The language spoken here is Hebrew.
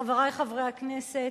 חברי חברי הכנסת,